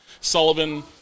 Sullivan